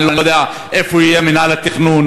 אני לא יודע איפה יהיה מינהל התכנון,